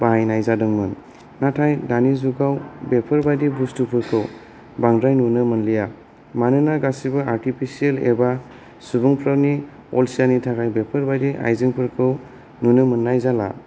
बायनाय जादोंमोन नाथाय दानि जुगआव बेफोरबायदि बस्थुफोरखौ बांद्राय नुनो मोनला मानोना गासिबो आर्टिफिसियेल एबा सुबुंफोरनि अलसियानि थाखाय बेफोरबायदि आइजेंफोरखौ नुनो मोननाय जाला